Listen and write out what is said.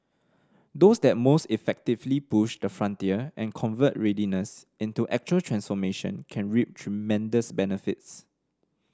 those that most effectively push the frontier and convert readiness into actual transformation can reap tremendous benefits